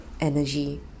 energy